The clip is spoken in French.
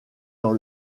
dans